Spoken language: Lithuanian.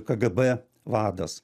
kgb vadas